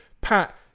Pat